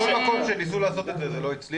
בכל מקום שניסו לעשות את זה זה לא הצליח,